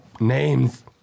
names